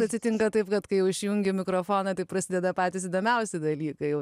atsitinka taip kad kai jau išjungi mikrofoną taip prasideda patys įdomiausi dalykai jau